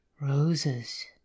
Roses